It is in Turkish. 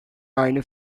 aynı